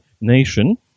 nation